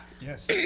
yes